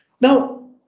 Now